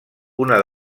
una